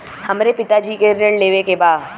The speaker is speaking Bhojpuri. हमरे पिता जी के ऋण लेवे के बा?